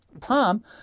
Tom